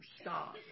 Stop